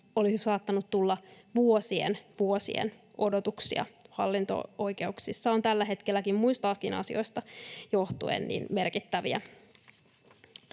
olisi saattanut tulla vuosien ja vuosien odotuksia. Hallinto-oikeuksissa on tällä hetkelläkin muistakin asioista johtuen merkittäviä